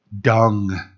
dung